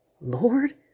Lord